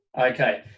Okay